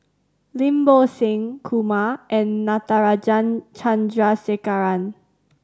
Lim Bo Seng Kumar and Natarajan Chandrasekaran